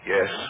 Yes